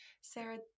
Sarah